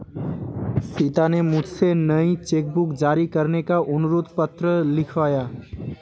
सीता ने मुझसे नई चेक बुक जारी करने का अनुरोध पत्र लिखवाया